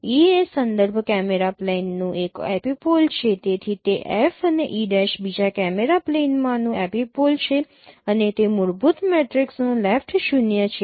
e એ સંદર્ભ camera પ્લેનનું એક એપિપોલ છે તેથી તે F અને e' બીજા કેમેરા પ્લેનમાંનું એપિપોલ છે અને તે મૂળભૂત મેટ્રિક્સનો લેફ્ટ શૂન્ય છે